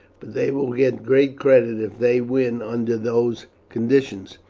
they will get great credit if they win under those conditions.